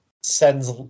sends